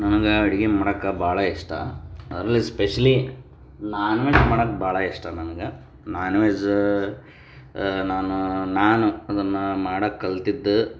ನನಗೆ ಅಡಿಗೆ ಮಾಡಕ್ಕೆ ಭಾಳ ಇಷ್ಟ ಅದ್ರಲ್ಲಿ ಸ್ಪೆಷಲಿ ನಾನ್ವೆಜ್ ಮಾಡಕ್ಕೆ ಭಾಳ ಇಷ್ಟ ನನ್ಗೆ ನಾನ್ವೆಜ್ಜ ನಾನು ನಾನು ಅದನ್ನು ಮಾಡಕ್ಕೆ ಕಲಿತಿದ್ದ